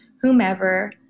whomever